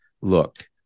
look